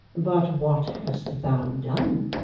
but what hast thou done?